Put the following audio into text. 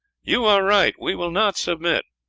you are right, we will not submit.